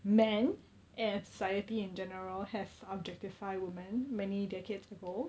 men and society in general have objectify women many decades ago